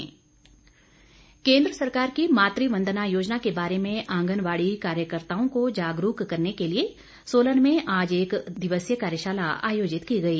कार्यशाला केंद्र सरकार की मातृवंदना योजना के बारे में आंगनबाड़ी कार्यकर्त्ताओं को जागरूक करने के लिए सोलन में आज एक दिवसीय कार्यशाला आयोजित की गई